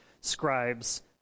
scribes